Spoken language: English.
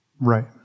Right